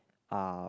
are